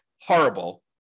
horrible